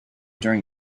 during